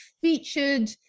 featured